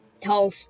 tall